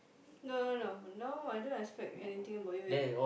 no no no now I don't expect anything about you eh